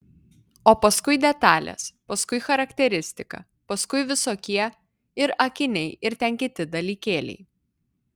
o paskui detalės paskui charakteristika paskui visokie ir akiniai ir ten kiti dalykėliai